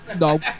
No